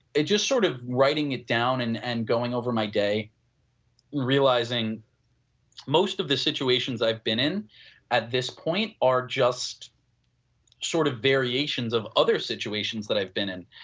it just sort of waiting it down and and going over my day realizing most of the situations i have been in at this point are just sort of variations of other situations that i have been in.